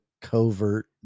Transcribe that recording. covert